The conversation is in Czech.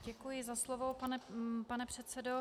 Děkuji za slovo, pane předsedo.